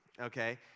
Okay